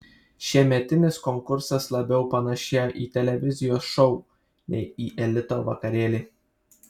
šiemetinis konkursas labiau panašėjo į televizijos šou nei į elito vakarėlį